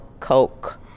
Coke